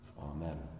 Amen